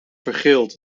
vergeeld